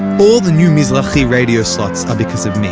all the new mizrahi radio slots are because of me.